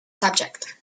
subject